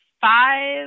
five